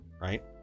right